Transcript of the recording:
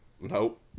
Nope